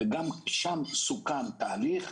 גם אז סוכם תהליך,